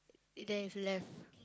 if there is left